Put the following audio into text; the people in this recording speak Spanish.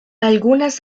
algunas